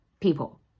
people